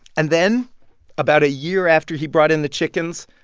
and then about a year after he brought in the chickens,